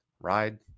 ride